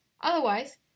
otherwise